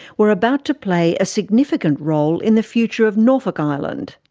were about to play a significant role in the future of norfolk island.